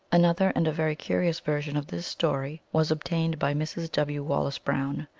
another and a very curious version of this story was obtained by mrs. w. wallace brown,